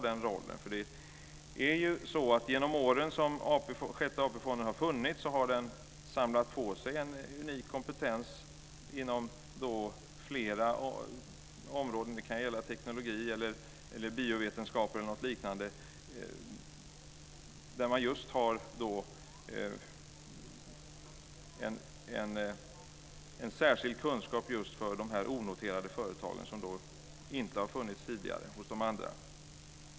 Under de år som Sjätte AP-fonden har funnits har den samlat på sig en unik kompetens inom flera områden. Det kan gälla teknologi eller biovetenskaper, t.ex. Det är en särskild kunskap som är bra för de onoterade företagen och som inte har funnits tidigare hos de andra.